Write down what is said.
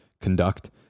conduct